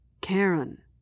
Karen